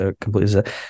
completely